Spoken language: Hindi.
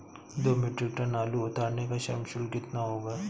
दो मीट्रिक टन आलू उतारने का श्रम शुल्क कितना होगा?